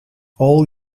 all